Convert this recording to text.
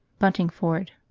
buntingford.